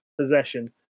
Possession